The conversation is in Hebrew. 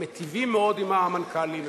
הם מיטיבים עם המנכ"לים,